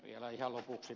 vielä ihan lopuksi